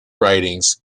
writings